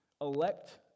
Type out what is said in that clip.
elect